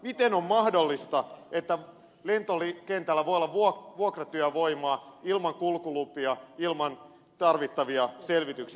miten on mahdollista että lentokentällä voi olla vuokratyövoimaa ilman kulkulupia ilman tarvittavia selvityksiä